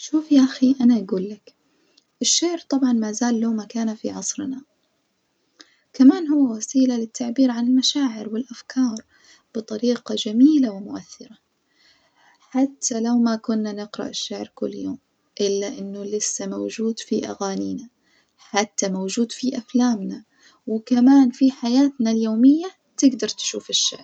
شوف يا أخي أنا أجولك، الشعر طبعًا مازال له مكانة في عصرنا، كمان هو وسيلة للتعبيرعن المشاعر والأفكار بطريقة جميلة ومؤثرة، حتى لو ماكنا نقرأ الشعر كل يوم إلا إنه لسة موجود في أغانينا حتى موجود في أفلامنا وكمان في حياتنا اليومية تجدر تشوف الشعر.